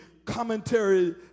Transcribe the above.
commentary